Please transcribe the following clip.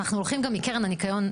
אנחנו הולכים גם עם קרן הניקיון,